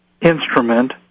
instrument